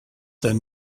then